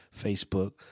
Facebook